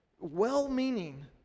well-meaning